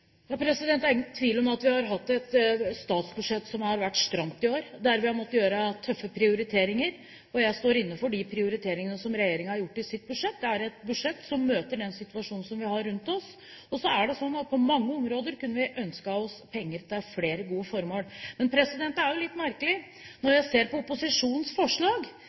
Det er ingen tvil om at vi har hatt et statsbudsjett som har vært stramt i år, der vi har måttet gjøre tøffe prioriteringer, og jeg står inne for de prioriteringene som regjeringen har gjort i sitt budsjett. Det er et budsjett som møter den situasjonen som vi har rundt oss, og på mange områder kunne vi ønsket oss penger til flere gode formål. Men det blir jo litt merkelig når jeg ser på opposisjonens forslag